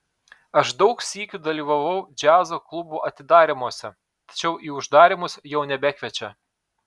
aš daug sykių dalyvavau džiazo klubų atidarymuose tačiau į uždarymus jau nebekviečia